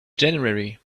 january